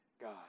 God